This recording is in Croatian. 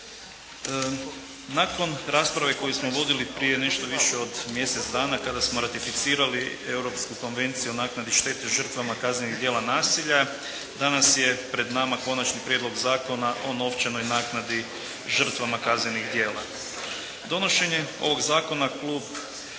Nakon rasprave koju smo vodili prije nešto više od mjesec dana kada smo ratificirali Europsku konvenciju o naknadi štete žrtvama kaznenih dijela nasilja, danas je pred nama Konačni prijedlog zakona o novčanoj naknadi žrtvama kaznenih dijela. Donošenje ovoga zakona Klub